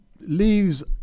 leaves